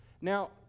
Now